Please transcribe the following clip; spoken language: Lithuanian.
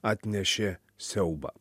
atnešė siaubą